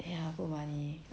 ya put money